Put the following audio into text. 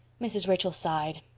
mrs. rachel sighed.